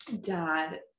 dad